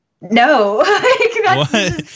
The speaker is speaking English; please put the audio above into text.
No